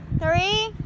three